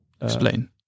Explain